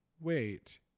wait